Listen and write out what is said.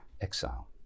exile